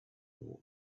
more